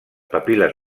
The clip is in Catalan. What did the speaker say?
papil·les